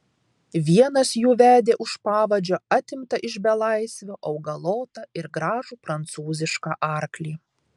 vienas jų vedė už pavadžio atimtą iš belaisvio augalotą ir gražų prancūzišką arklį